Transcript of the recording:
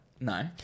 No